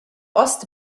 ost